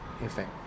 effect